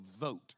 vote